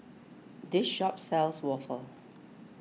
this shop sells Waffle